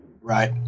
Right